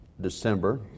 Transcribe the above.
December